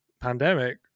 pandemic